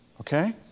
Okay